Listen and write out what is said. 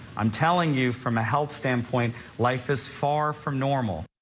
i'm telling you from a health standpoint life is far from normal.